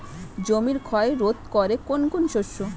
জমির ক্ষয় রোধ করে কোন কোন শস্য?